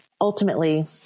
ultimately